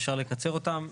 אם אפשר לקצר אותם.